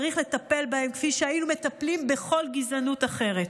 צריך לטפל בהם כפי שהיינו מטפלים בכל גזענות אחרת.